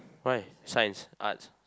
right science arts